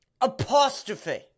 apostrophe